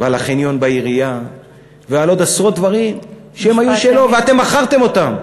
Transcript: על החניון בעירייה ועל עשרות דברים שהיו שלו ואתם מכרתם אותם.